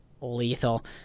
Lethal